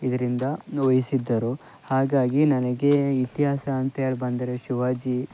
ಇದರಿಂದ ವಹಿಸಿದ್ದರು ಹಾಗಾಗಿ ನನಗೆ ಇತಿಹಾಸ ಅಂತೇಳಿ ಬಂದರೆ ಶಿವಾಜಿ